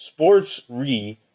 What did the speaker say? sportsre